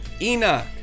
Enoch